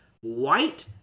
White